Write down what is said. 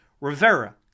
Rivera